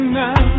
now